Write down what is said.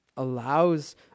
Allows